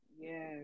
Yes